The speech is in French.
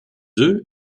œufs